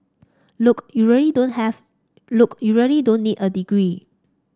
look you really don't have look you really don't need a degree